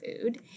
food